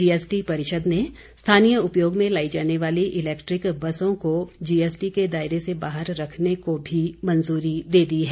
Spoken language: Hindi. जीएसटी परिषद ने स्थानीय उपयोग में लाई जाने वाली इलेक्ट्रिक बसों को जीएसटी के दायरे से बाहर रखने को भी मंजूरी दे दी है